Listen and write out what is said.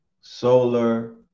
solar